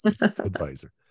advisor